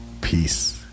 peace